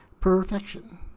perfection